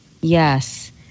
Yes